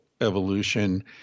evolution